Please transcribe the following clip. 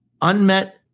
unmet